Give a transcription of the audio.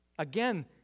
Again